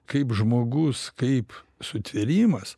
kaip žmogus kaip sutvėrimas